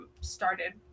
started